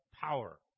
power